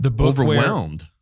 overwhelmed